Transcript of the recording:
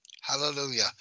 hallelujah